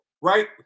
Right